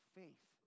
faith